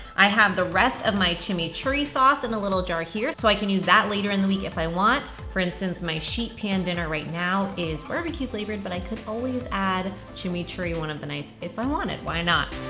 i have the rest of my chimichurri sauce in a little jar here, so i can use that later in the week if i want. for instance, my sheet pan dinner right now is barbecue flavored, but i can always add chimichurri one of the nights if i wanted, why not?